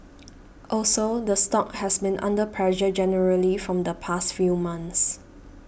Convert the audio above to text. also the stock has been under pressure generally from the past few months